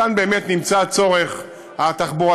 כאן באמת נמצא הצורך התחבורתי,